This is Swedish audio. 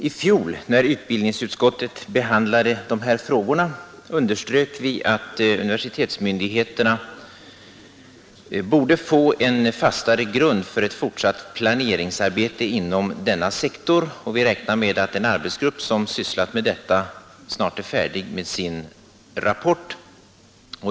I fjol, när utbildningsutskottet behandlade dessa frågor, underströk vi att universitetsmyndigheterna borde få en fastare grund för ett fortsatt planeringsarbete inom denna sektor, och vi räknade med att den arbetsgrupp som sysslat med detta snart är färdig med sin rapport.